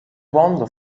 wander